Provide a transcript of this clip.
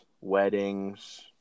weddings